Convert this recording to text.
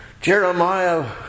Jeremiah